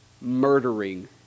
murdering